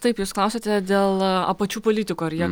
taip jūs klausėte dėl apačių politikų ar jie